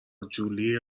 جولی